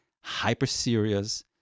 hyper-serious